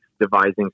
devising